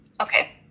okay